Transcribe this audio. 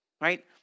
right